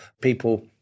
people